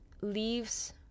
leaves